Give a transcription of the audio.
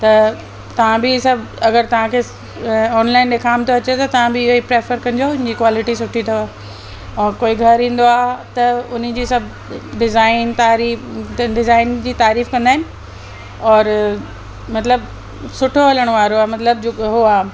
त तव्हां बि सभु अगरि तव्हांखे ऑनलाइन ॾेखाम थो अचे त तव्हां बि इहो ई प्रैफर कजो इन जी क्वालिटी सुठी अथव और कोई घरु ईंदो आहे त उन जी सभु डिजाइन तारीफ़ु त डिजाइन जी तारीफ़ु कंदा आहिनि और मतिलबु सुठो हलण वारो आहे मतिलबु जेको हो आहे